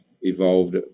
evolved